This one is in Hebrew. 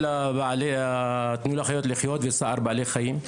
כל בעלי 'תנו לחיות לחיות' וצער בעלי חיים?